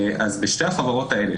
בשתי החברות האלה,